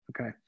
Okay